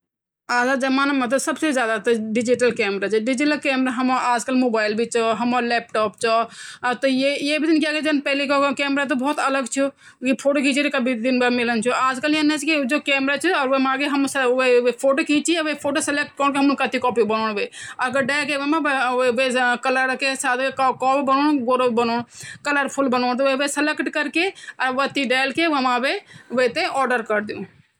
ज्यादा से जानवर जो हौंडा की वो एक दूसरे से देख के घूं घूं करदन की जरा दुश्मनी दिखांदा सुरु सुरु माँ अगर यो थे बहुत दिन तक एक साथ रखा न तह यो दूसरे आदत थे अपूर्ण लगन और मजझंड लग्ग जान एक दूसरे ते और हेल्प करी लगन जान |